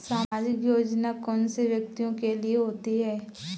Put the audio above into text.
सामाजिक योजना कौन से व्यक्तियों के लिए होती है?